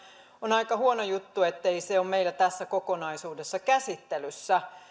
on aika huono juttu ettei se ole meillä tässä kokonaisuudessa käsittelyssä